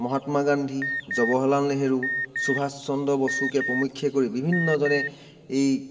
মহাত্মা গান্ধী জৱাহৰলাল নেহেৰু সুভাষচন্দৰ বসুকে প্ৰমূখ্যে কৰি বিভিন্নজনে এই